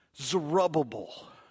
Zerubbabel